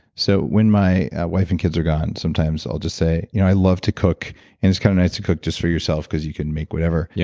so, when my wife and kids are gone, sometimes i'll just say, you know i love to cook and it's kind of nice to cook just for yourself because you can make whatever, yeah